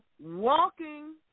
Walking